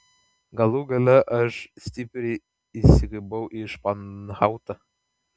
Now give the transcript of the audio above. galų gale aš stipriai įsikibau į španhautą